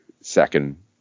second